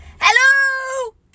Hello